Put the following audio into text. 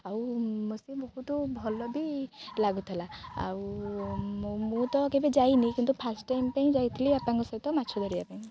ଆଉ ମୋତେ ସବୁଠୁ ଭଲ ବି ଲାଗୁଥିଲା ଆଉ ମୁଁ ତ କେବେ ଯାଇନି କିନ୍ତୁ ଫାଷ୍ଟ ଟାଇମ ପାଇଁ ଯାଇଥିଲି ବାପାଙ୍କ ସହିତ ମାଛ ଧରିବା ପାଇଁ